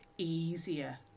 Easier